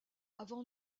avant